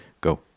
go